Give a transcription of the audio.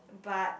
but